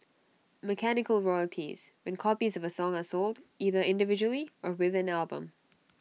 mechanical royalties when copies of A song are sold either individually or with an album